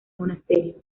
monasterio